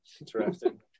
Interesting